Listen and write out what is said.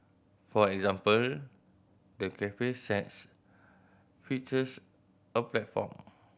for example the cafe set features a platform